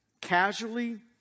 casually